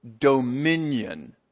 dominion